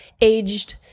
aged